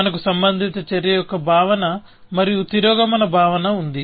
మనకు సంబంధిత చర్య యొక్క భావన మరియు తిరోగమన భావన ఉంది